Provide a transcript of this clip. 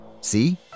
See